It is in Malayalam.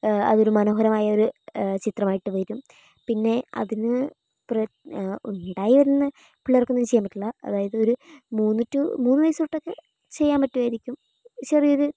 അതൊരു മനോഹരമായ ഒരു ചിത്രമായിട്ട് വരും പിന്നെ അതിന് ഉണ്ടായി വരുന്ന പിള്ളേർക്കൊന്നും ചെയ്യാൻ പറ്റില്ല അതായത് ഒരു മൂന്ന് ടു മൂന്ന് വയസ്സ് തൊട്ടൊക്കെ ചെയ്യാൻ പറ്റുമായിരിക്കും ചെറിയൊരു